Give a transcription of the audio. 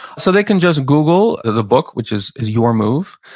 so they can just google the book, which is is your move.